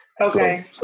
Okay